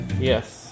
Yes